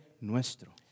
nuestro